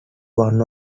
one